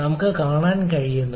നമുക്ക് കാണാൻ കഴിയുന്നത്